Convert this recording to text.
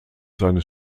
seines